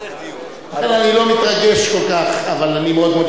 לכן אני לא מתרגש כל כך, אבל אני מאוד מודה